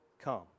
come